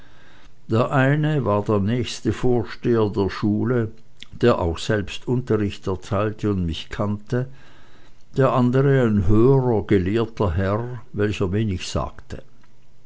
der eine war der nächste vorsteher der schule der auch selbst unterricht erteilte und mich kannte der andere ein höherer gelehrter herr welcher wenig sagte